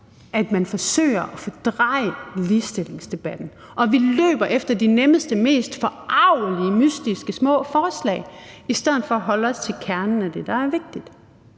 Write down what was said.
at man forsøger at fordreje ligestillingsdebatten, og at vi løber efter de nemmeste, mest forargelige, mystiske små forslag – i stedet for at holde os til kernen af det, der er vigtigt.